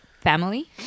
family